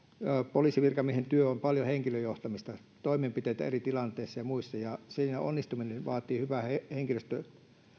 poliisivirkamiehen työ on paljon henkilöjohtamista toimenpiteitä eri tilanteissa ja muissa ja siinä onnistuminen vaatii hyvää